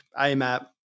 Amap